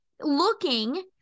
looking